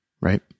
Right